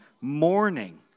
mourning